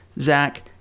Zach